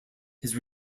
his